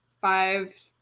five